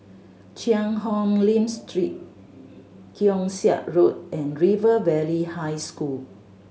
Cheang Hong Lim Street Keong Saik Road and River Valley High School